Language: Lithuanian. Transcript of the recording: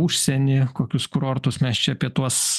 užsienį kokius kurortus mes čia apie tuos